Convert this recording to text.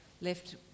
left